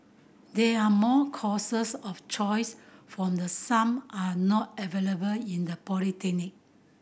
there are more courses of choose from the some are not available in the polytechnic